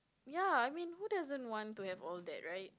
ya I mean who doesn't want to have all that right